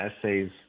essays